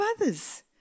others